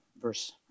verse